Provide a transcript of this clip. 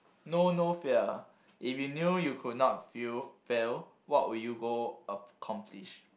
know no fear if you knew you could not feel fail what would you go accomplish